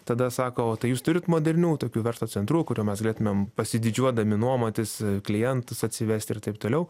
tada sako o tai jūs turit modernių tokių verslo centrų kur jau galėtumėm pasididžiuodami nuomotis klientus atsivesti ir taip toliau